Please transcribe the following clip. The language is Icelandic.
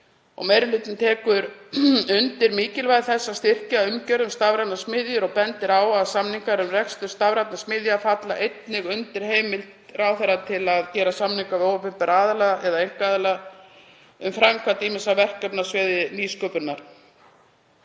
Meiri hlutinn tekur undir mikilvægi þess að styrkja umgjörð um stafrænar smiðjur og bendir á að samningar um rekstur stafrænna smiðja falli einnig undir heimild ráðherra til að gera samninga við opinbera aðila eða einkaaðila um framkvæmd ýmissa verkefna á sviði nýsköpunar.